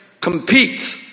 compete